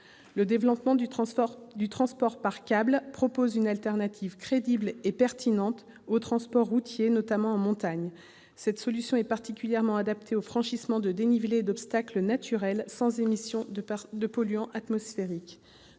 Le développement du transport par câbles constitue une alternative crédible et pertinente au transport routier, notamment en montagne. Cette solution est particulièrement adaptée au franchissement de dénivelés et d'obstacles naturels, sans émission de polluants atmosphériques,